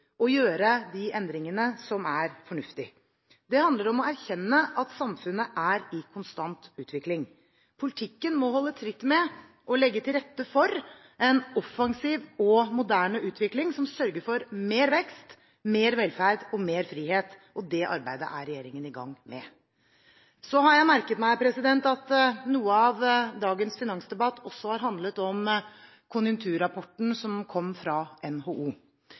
og gjøre de endringene som er fornuftig. Det handler om å erkjenne at samfunnet er i konstant utvikling. Politikken må holde tritt med og legge til rette for en offensiv og moderne utvikling som sørger for mer vekst, mer velferd og mer frihet, og det arbeidet er regjeringen i gang med. Så har jeg merket meg at noe av dagens finansdebatt også har handlet om konjunkturrapporten som kom fra NHO.